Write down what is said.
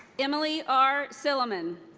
emily r. sillaman.